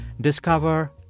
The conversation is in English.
Discover